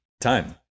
time